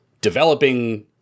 developing